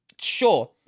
Sure